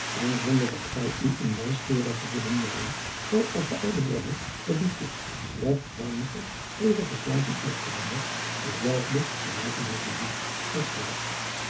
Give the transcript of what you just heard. en zonder dat gij u in wijsgeerige redeneringen zoo als de oude drebbel verdiepte slechts weinige hevige slagen uitgezonderd dezelfde gelatenheid behield als hij